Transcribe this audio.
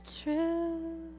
true